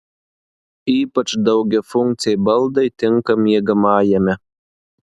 ypač daugiafunkciai baldai tinka miegamajame